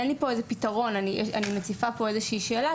אין לי פה פתרון; אני מציפה איזו שהיא שאלה